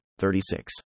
36